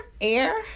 Air